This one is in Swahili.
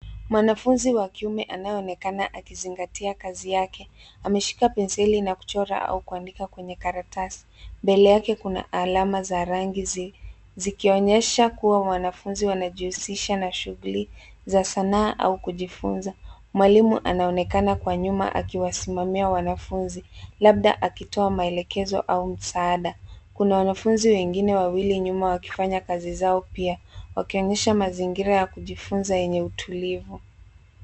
Mwanafunzi wa kiume anayeonekana akizingatia kazi yake. Ameshika penseli na kuchora au kuandika kwenye karatasi. Mbele yake kuna alama za rangi zi, zikionyesha kuwa wanafunzi wanajihusisha na shughuli za sanaa au kujifunza. Mwalimu anaonekana kwa nyuma akiwasimamia wanafunzi, labda akitoa maelekezo au msaada. Kuna wanafunzi wengine wawili nyuma wakifanya kazi zao pia, wakionyesha mazingira ya kujifunza enye utulivu.